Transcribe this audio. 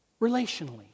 relationally